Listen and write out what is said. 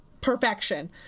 Perfection